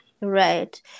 Right